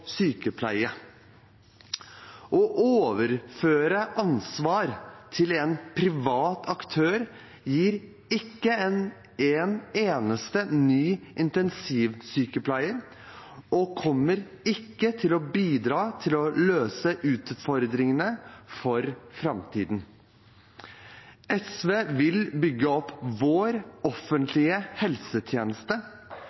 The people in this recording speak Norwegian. Å overføre ansvar til en privat aktør gir ikke en eneste ny intensivsykepleier og kommer ikke til å bidra til å løse utfordringene for framtiden. SV vil bygge opp vår